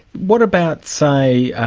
what about, say,